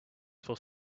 fell